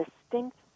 distinct